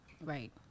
Right